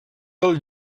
del